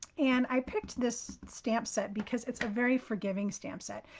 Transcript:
and i picked this stamp set because it's a very forgiving stamp set.